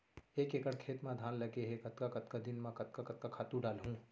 एक एकड़ खेत म धान लगे हे कतका कतका दिन म कतका कतका खातू डालहुँ?